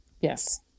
Yes